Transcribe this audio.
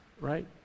right